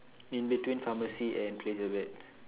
in between pharmacy and place your bets